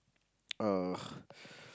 uh